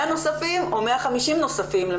מיליון נוספים או 150 מיליון נוספים.